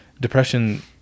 depression